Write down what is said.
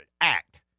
Act